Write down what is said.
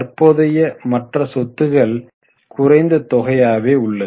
தற்போதைய மற்ற சொத்துக்கள் குறைந்த தொகையாகவே உள்ளது